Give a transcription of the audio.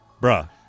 Bruh